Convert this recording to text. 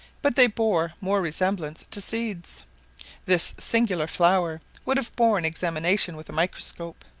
but they bore more resemblance to seeds this singular flower would have borne examination with a microscope.